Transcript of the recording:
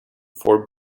four